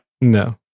no